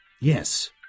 Yes